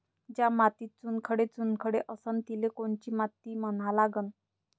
ज्या मातीत चुनखडे चुनखडे असन तिले कोनची माती म्हना लागन?